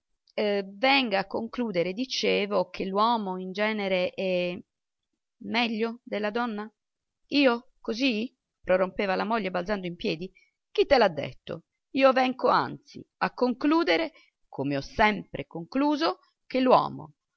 diversamente venga a concludere dicevo che l'uomo in genere è è meglio della donna io così prorompeva la moglie balzando in piedi chi te l'ha detto io vengo anzi a concludere come ho sempre concluso che